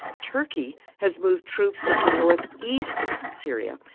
turkey has moved troops into northeast syria,